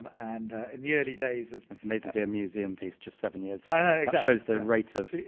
and in the early days of days of be a museum pice just seven years, that shows the rate of